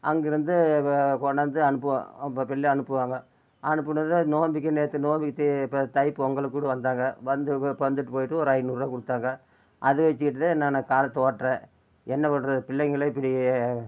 அங்கிருந்தே கொண்டாந்து அனுப்புவோம் பில்லு அனுப்புவாங்க அனுப்புனதும் நோன்பிக்கி நேற்று நோன்பிக்கி இப்போ தைப்பொங்கலுக்கு கூட வந்தாங்க வந்து வந்துவிட்டு போய்ட்டு ஒரு ஐநூறுரூவா கொடுத்தாங்க அது வெச்சுக்கிட்டுதேன் நான் காலத்தை ஓட்டுறேன் என்ன பண்ணுறது பிள்ளைங்களே இப்படி